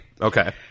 Okay